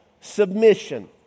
Submission